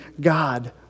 God